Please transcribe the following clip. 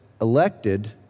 elected